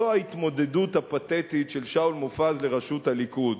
זו ההתמודדות הפתטית של שאול מופז על ראשות הליכוד,